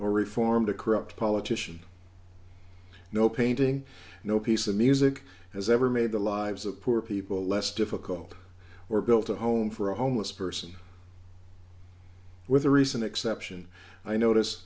or reformed a corrupt politician no painting no piece of music has ever made the lives of poor people less difficult or built a home for a homeless person with the recent exception i notice